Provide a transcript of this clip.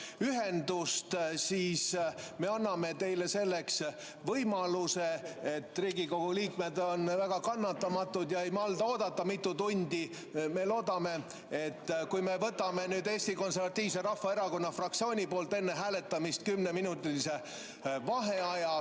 ühendust. Me anname teile selleks võimaluse. Riigikogu liikmed on väga kannatamatud ja ei malda mitu tundi oodata. Me loodame, et kui me võtame Eesti Konservatiivse Rahvaerakonna fraktsiooni poolt enne hääletamist kümneminutilise vaheaja,